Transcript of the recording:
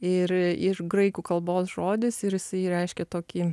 ir ir graikų kalbos žodis ir jisai reiškia tokį